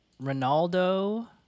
ronaldo